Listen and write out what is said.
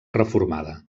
reformada